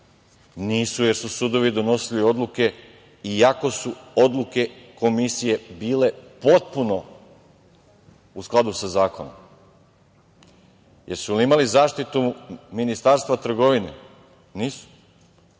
Nisu, jer su sudovi donosili odluke, iako su odluke Komisije bile potpuno u skladu sa zakonom. Jesu li su imali zaštitu Ministarstva trgovine? Nisu.